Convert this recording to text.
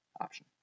option